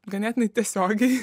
ganėtinai tiesiogiai